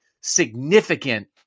significant